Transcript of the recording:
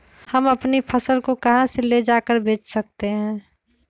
हम अपनी फसल को कहां ले जाकर बेच सकते हैं?